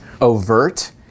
overt